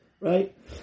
right